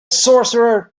sorcerer